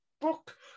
book